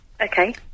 Okay